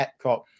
Epcot